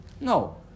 No